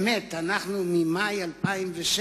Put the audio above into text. אמת, אנחנו ממאי 2006,